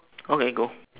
okay go